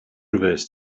reversed